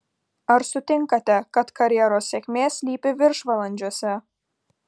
ar sutinkate kad karjeros sėkmė slypi viršvalandžiuose